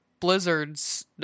blizzard's